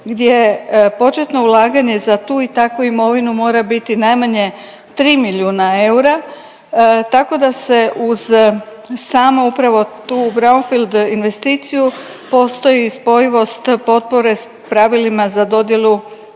gdje početno ulaganje za tu i takvu imovinu mora biti najmanje 3 milijuna eura, tako da se uz samo upravo tu grounfield investiciju postoji i spojivost potpore s pravilima za dodjelu